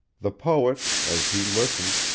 the poet, as he listened,